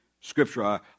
Scripture